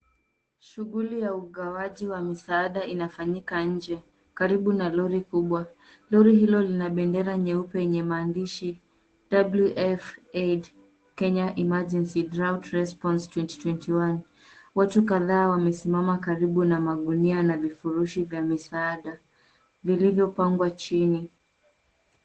Shughuli ya ugawaji wa misaada inafanyika nje, karibu na lori kubwa. Lori hilo lina bendera nyeupe yenye maandishi WF Aid Kenya Emergency Drought Response 2021 . Watu kadhaa wamesimama karibu na magunia na vifurushi vya misaada, vilivyopangwa chini.